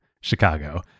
Chicago